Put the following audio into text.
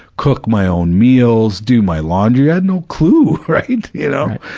cook my own meals, do my laundry, i had no clue, right, you know?